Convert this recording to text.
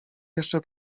jeszcze